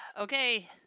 okay